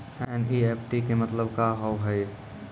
NEFT के मतलब का होव हेय?